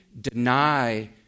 deny